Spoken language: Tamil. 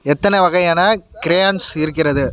எத்தனை வகையான க்ரேயான்ஸ் இருக்கிறது